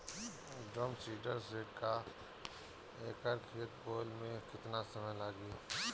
Drum seeder से एक एकड़ खेत बोयले मै कितना समय लागी?